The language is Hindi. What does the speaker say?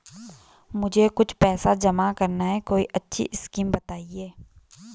मुझे कुछ पैसा जमा करना है कोई अच्छी स्कीम बताइये?